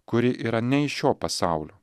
kuri yra ne iš šio pasaulio